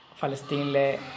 Palestine